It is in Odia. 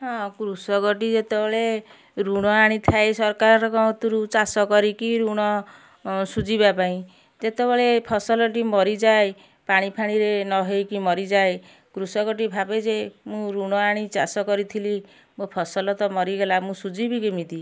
ହଁ କୃଷକଟି ଯେତେବେଳେ ଋଣ ଆଣିଥାଏ ସରକାରଙ୍କ କତିରୁ ଚାଷ କରିକି ଋଣ ସୁଝିବା ପାଇଁ ଯେତେବେଳେ ଫସଲଟି ମରିଯାଏ ପାଣି ଫାଣିରେ ନହେଇକି ମରିଯାଏ କୃଷକଟି ଭାବେ ଯେ ମୁଁ ଋଣ ଆଣି ଚାଷ କରିଥିଲି ମୋ ଫସଲ ତ ମରିଗଲା ମୁଁ ସୁଝିବି କେମିତି